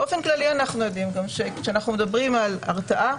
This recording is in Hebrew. באופן כללי אנחנו יודעים שכשאנחנו מדברים על הרתעה,